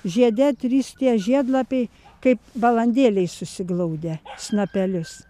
žiede trys tie žiedlapiai kaip balandėliai susiglaudę snapelius